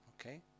Okay